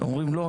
הם אומרים: לא,